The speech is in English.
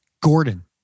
Gordon